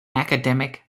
academic